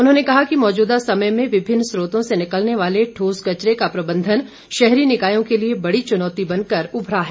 उन्होंने कहा कि मौजूदा समय में विभिन्न स्त्रोतों से निकलने वाले ठोस कचरे का प्रबंधन शहरी निकायों के लिए बड़ी चुनौती बन कर उभरा है